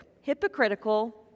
hypocritical